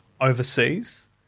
overseas